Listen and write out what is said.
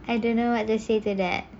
I didn't know what to say to that